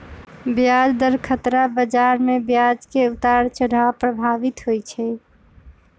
ब्याज दर खतरा बजार में ब्याज के उतार चढ़ाव प्रभावित होइ छइ